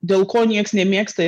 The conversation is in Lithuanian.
dėl ko nieks nemėgsta